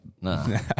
no